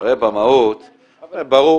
הרי במהות ברור